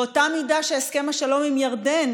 באותה מידה הסכם השלום עם ירדן,